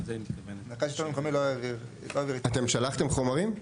אתם שלחתם חומרים?